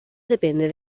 depende